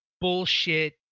Bullshit